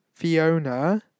Fiona